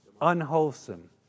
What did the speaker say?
unwholesome